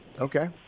Okay